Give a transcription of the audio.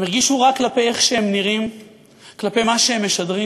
מבית-הספר, מהחברים,